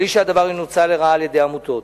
מבלי שהדבר ינוצל לרעה על-ידי עמותות.